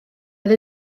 oedd